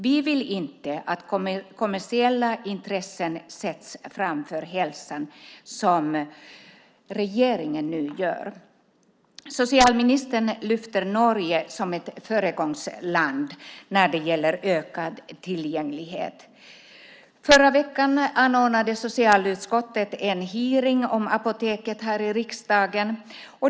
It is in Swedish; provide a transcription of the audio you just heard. Vi vill inte att kommersiella intressen sätts framför hälsan, som regeringen nu gör. Socialministern lyfter fram Norge som ett föregångsland när det gäller ökad tillgänglighet. Förra veckan anordnade socialutskottet en hearing om Apoteket här i riksdagen.